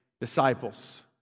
disciples